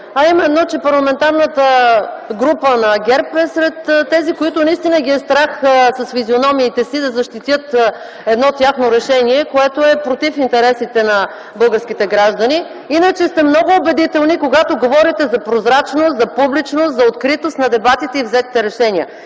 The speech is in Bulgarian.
а именно, че Парламентарната група на ГЕРБ е сред тези, които наистина ги е страх с физиономиите си да защитят едно тяхно решение, което е против интересите на българските граждани. Иначе сте много убедителни, когато говорите за прозрачност, за публичност, за откритост на дебатите и взетите решения.